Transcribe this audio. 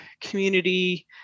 community